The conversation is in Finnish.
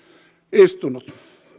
istunut